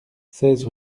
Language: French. seize